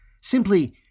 simply